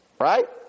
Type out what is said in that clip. Right